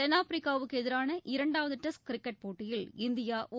தெள்ளாப்பிரிக்காவுக்கு எதிரான இரண்டாவது test cricket போட்டியில் இந்தியா ஒரு